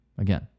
Again